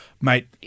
mate